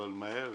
אבל מהר.